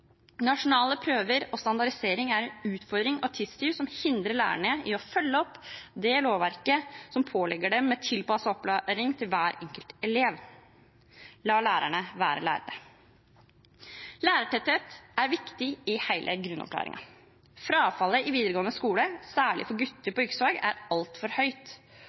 Nasjonale prøver og standardisering er en utfordring og en tidstyv som hindrer lærerne i å følge opp det lovverket som pålegger dem å tilpasse opplæringen til hver enkelt elev. La lærerne være lærere! Lærertetthet er viktig i hele grunnopplæringen. Frafallet i videregående skole, særlig blant gutter på yrkesfag, er altfor høyt.